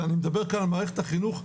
ואני מדבר כאן על מערכת החינוך,